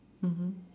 mmhmm